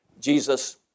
Jesus